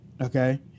okay